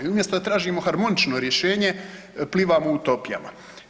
I umjesto da tražimo harmonično rješenje plivamo u utopijama.